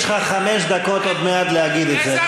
יש לך חמש דקות עוד מעט להגיד את זה.